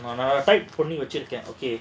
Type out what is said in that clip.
வச்சிருக்கேன்:vachirukkaen okay